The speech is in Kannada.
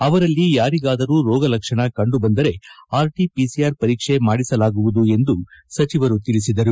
ಅವರಲ್ಲಿ ಯಾರಿಗಾದರೂ ರೋಗ ಲಕ್ಷಣ ಕಂಡುಬಂದರೆ ಆರ್ಟಿಪಿಸಿಆರ್ ಪರೀಕ್ಷೆ ಮಾಡಿಸಲಾಗುವುದು ಎಂದು ಸಚಿವರು ತಿಳಿಸಿದರು